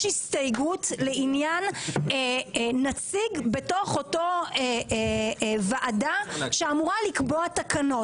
הסתייגות לעניין נציג בתוך אותה ועדה שאמורה לקבוע תקנות.